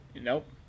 Nope